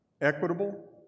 equitable